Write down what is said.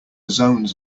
zones